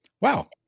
wow